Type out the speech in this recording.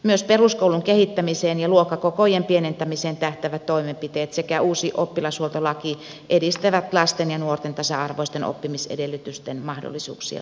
myös peruskoulun kehittämiseen ja luokkakokojen pienentämiseen tähtäävät toimenpiteet sekä uusi oppilashuoltolaki edistävät lasten ja nuorten tasa arvoisten oppimisedellytysten mahdollisuuksien luomista